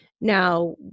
Now